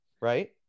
right